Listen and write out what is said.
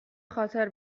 خاطر